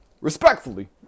Respectfully